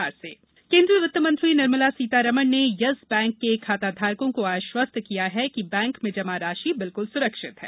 yes Bank वित्तमंत्री केन्दीय वित्त मंत्री निर्मला सीतारमण ने येस बैंक के खाताधारकों को आश्वस्त किया है कि बैंक में जमा राशि बिल्कुल सुरक्षित है